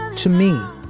to me,